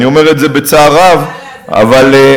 אני אומר את זה בצער רב, אבל,